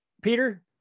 Peter